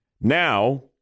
Now